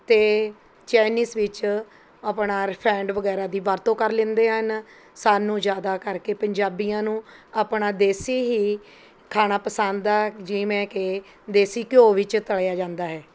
ਅਤੇ ਚਾਇਨੀਸ ਵਿੱਚ ਆਪਣਾ ਰਿਫਾਇੰਡ ਵਗੈਰਾ ਦੀ ਵਰਤੋਂ ਕਰ ਲੈਂਦੇ ਹਨ ਸਾਨੂੰ ਜ਼ਿਆਦਾ ਕਰਕੇ ਪੰਜਾਬੀਆਂ ਨੂੰ ਆਪਣਾ ਦੇਸੀ ਹੀ ਖਾਣਾ ਪਸੰਦ ਹੈ ਜਿਵੇਂ ਕਿ ਦੇਸੀ ਘਿਓ ਵਿੱਚ ਤਲਿਆ ਜਾਂਦਾ ਹੈ